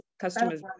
Customers